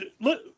look